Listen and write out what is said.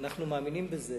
אנחנו מאמינים בזה